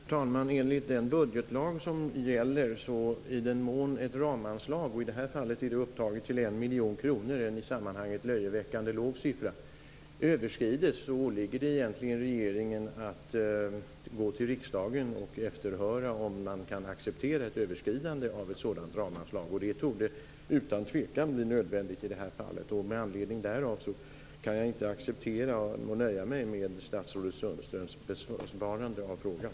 Fru talman! Gällande budgetlag föreskriver att i den mån ett ramanslag - i det här fallet 1 miljon kronor, en i sammanhanget löjeväckande låg siffra - överskrides åligger det regeringen att gå till riksdagen och efterhöra om denna kan acceptera ett överskridande av ramanslaget. Det torde utan tvivel bli nödvändigt i det här fallet. Med anledning därav kan jag inte acceptera och nöja mig med statsrådet Sundströms besvarande av frågan.